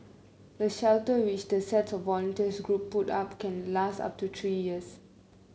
the shelters which the sets of volunteer groups put up can last up to three years